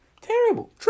Terrible